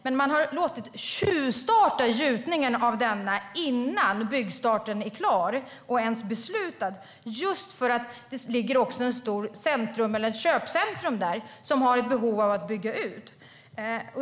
Man har låtit tjuvstarta gjutningen av denna bro innan byggstarten ens är beslutad just för att det också ligger ett stort köpcentrum där som har behov av att bygga ut.